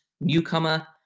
newcomer